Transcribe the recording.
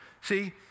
see